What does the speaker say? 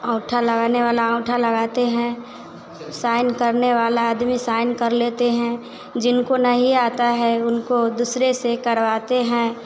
अंगूठा लगाने वाला अंगूठा लगाते हैं साइन करने वाला आदमी साइन कर लेते हैं जिनको नहीं आता है उनको दूसरे से करवाते हैं